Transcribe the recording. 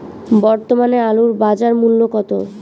বর্তমানে আলুর বাজার মূল্য কত?